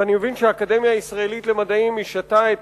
ואני מבין שהאקדמיה הישראלית למדעים השעתה את